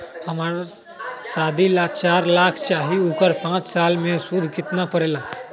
हमरा शादी ला चार लाख चाहि उकर पाँच साल मे सूद कितना परेला?